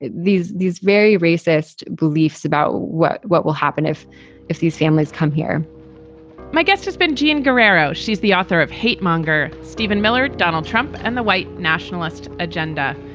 these these very racist beliefs about what what will happen if if these families come here my guest has been gene guerrero. she's the author of hate monger stephen miller, donald trump and the white nationalist agenda.